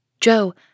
Joe